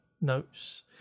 notes